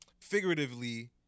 figuratively